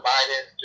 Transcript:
Biden